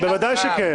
בוודאי שכן.